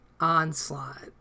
onslaught